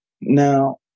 Now